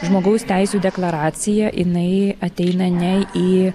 žmogaus teisių deklaracija jinai ateina ne į